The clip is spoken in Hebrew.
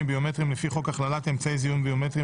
ביומטריים לפי חוק הכללת אמצעי זיהוי ביומטריים